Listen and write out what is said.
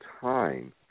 time